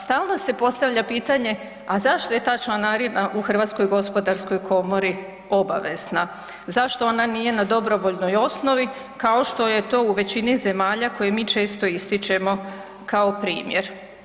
Stalno se postavlja pitanje a zašto je ta članarina u Hrvatskoj gospodarskoj komori obavezna, zašto ona nije na dobrovoljnoj osnovi kao što je to u većini zemalja koje mi često ističemo kao primjer.